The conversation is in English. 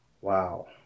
wow